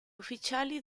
ufficiali